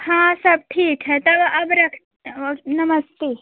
हाँ सब ठीक है तब अब रख नमस्ते